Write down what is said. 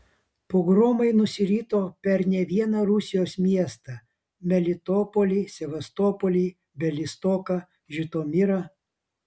pogromai nusirito per ne vieną rusijos miestą melitopolį sevastopolį bialystoką žitomirą